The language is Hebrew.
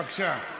בבקשה.